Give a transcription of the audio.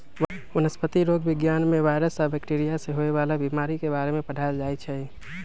वनस्पतिरोग विज्ञान में वायरस आ बैकटीरिया से होवे वाला बीमारी के बारे में पढ़ाएल जाई छई